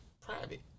private